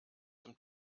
zum